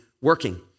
working